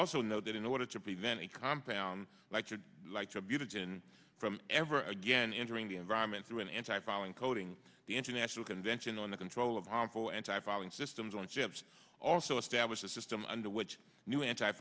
also know that in order to prevent a compound like you'd like to be to gin from ever again entering the environment through an anti fouling coating the international convention on the control of harmful anti fouling systems on ships also establish a system under which new anti